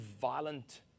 violent